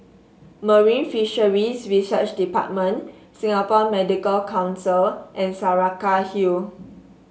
Marine Fisheries Research Department Singapore Medical Council and Saraca Hill